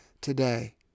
today